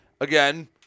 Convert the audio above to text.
Again